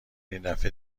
ایندفعه